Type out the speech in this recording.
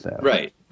Right